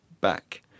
back